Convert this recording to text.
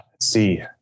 see